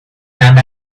and